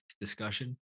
discussion